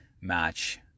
match